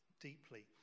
deeply